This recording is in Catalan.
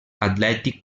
atlètic